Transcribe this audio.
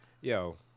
yo